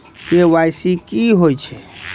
KYC की होय छै?